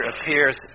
appears